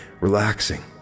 relaxing